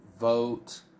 vote